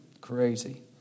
crazy